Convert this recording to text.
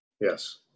Yes